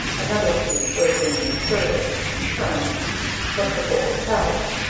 another key was being inserted turned but the bolt held.